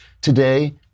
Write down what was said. today